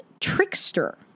Trickster